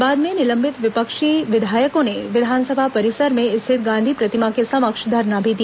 बाद में निलंबित विपक्षी विधायकों ने विधानसभा परिसर में स्थित गांधी प्रतिमा के समक्ष धरना भी दिया